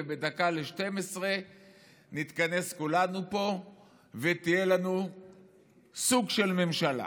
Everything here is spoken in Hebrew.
ובדקה ל-24:00 נתכנס כולנו פה ותהיה לנו סוג של ממשלה